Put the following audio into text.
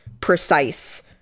precise